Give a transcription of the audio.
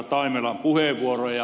taimelan puheenvuoroja